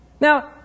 now